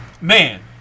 Man